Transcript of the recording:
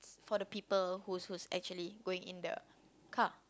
for the people who's who's actually going in the car